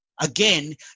again